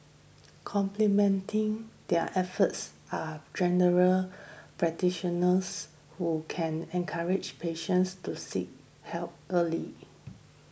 complementing their efforts are General Practitioners who can encourage patients to seek help early